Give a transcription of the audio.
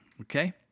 okay